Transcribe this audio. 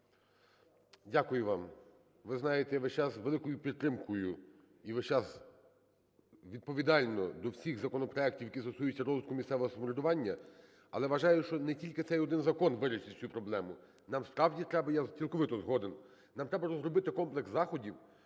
Дякую вам. Ви знаєте, я весь час з великою підтримкою і весь час відповідально до всіх законопроектів, які стосуються розвитку місцевого самоврядування, але вважаю, що не тільки цей один закон вирішить цю проблему. Нам справді треба, я цілковито згоден, нам треба розробити комплекс заходів,